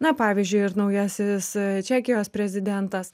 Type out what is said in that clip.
na pavyzdžiui ir naujasis čekijos prezidentas